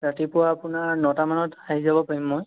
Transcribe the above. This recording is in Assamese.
ৰাতিপুৱা আপোনাৰ নটামানত আহি যাব পাৰিম মই